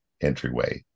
entryway